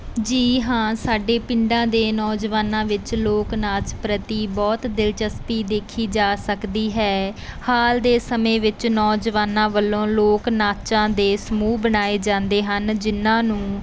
ਜੀ ਹਾਂ ਸਾਡੇ ਪਿੰਡਾਂ ਦੇ ਨੌਜਵਾਨਾਂ ਵਿੱਚ ਲੋਕ ਨਾਚ ਪ੍ਰਤੀ ਬਹੁਤ ਦਿਲਚਸਪੀ ਦੇਖੀ ਜਾ ਸਕਦੀ ਹੈ ਹਾਲ ਦੇ ਸਮੇਂ ਵਿੱਚ ਨੌਜਵਾਨਾਂ ਵੱਲੋਂ ਲੋਕ ਨਾਚਾਂ ਦੇ ਸਮੂਹ ਬਣਾਏ ਜਾਂਦੇ ਹਨ ਜਿਹਨਾਂ ਨੂੰ